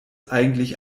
eigentlich